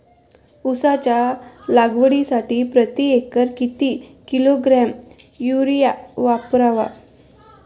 उसाच्या लागवडीसाठी प्रति एकर किती किलोग्रॅम युरिया वापरावा?